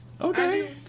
Okay